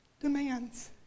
demands